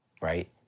right